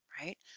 right